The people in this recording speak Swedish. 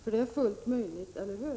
Detta är ju fullt möjligt — eller hur?